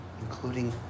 including